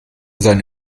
seine